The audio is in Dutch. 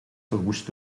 verwoest